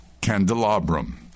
candelabrum